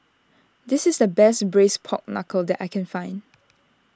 this is the best Braised Pork Knuckle that I can find